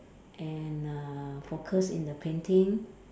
and uh focused in the painting